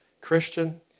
Christian